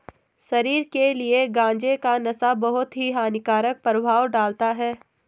शरीर के लिए गांजे का नशा बहुत ही हानिकारक प्रभाव डालता है